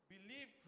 Believe